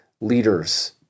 leaders